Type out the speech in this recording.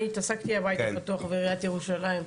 אני התעסקתי בבית הפתוח בעיריית ירושלים,